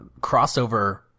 crossover